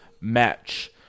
match